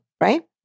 Right